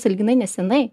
sąlyginai neseniai